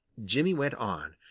jimmy went on,